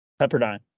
pepperdine